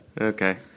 Okay